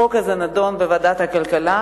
החוק הזה נדון בוועדת הכלכלה.